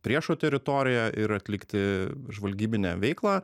priešo teritorijoje ir atlikti žvalgybinę veiklą